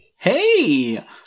Hey